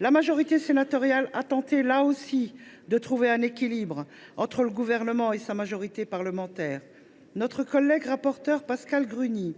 la majorité sénatoriale a tenté de trouver un équilibre entre le Gouvernement et sa majorité parlementaire. Notre collègue rapporteur Pascale Gruny